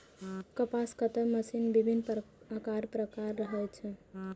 कपास कताइ मशीन विभिन्न आकार प्रकारक होइ छै